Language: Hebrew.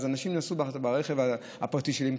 אנשים נסעו ברכב הפרטי שלהם,